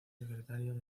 secretario